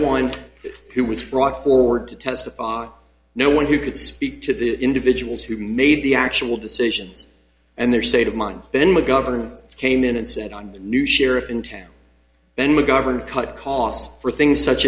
one who was brought forward to testify no one who could speak to the individuals who made the actual decisions and their state of mind then mcgovern came in and said on the new sheriff in town and mcgovern cut costs for things such